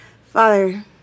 Father